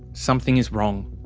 something is wrong.